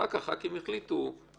אחר כך הח"כים יחליטו אם